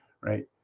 Right